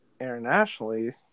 internationally